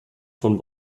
von